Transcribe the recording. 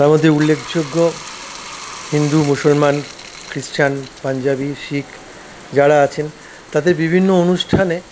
তার মধ্যে উল্লেখযোগ্য হিন্দু মুসলমান খ্রিষ্টান পাঞ্জাবি শিখ যারা আছেন তাদের বিভিন্ন অনুষ্ঠানে